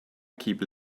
keep